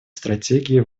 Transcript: стратегии